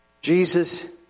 Jesus